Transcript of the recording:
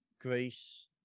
Greece